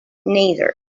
neither